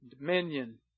dominion